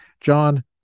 John